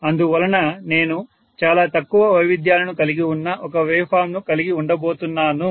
అందువలన నేను చాలా తక్కువ వైవిధ్యాలను కలిగి ఉన్న ఒక వేవ్ఫామ్ ను కలిగి ఉండబోతున్నాను